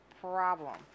problem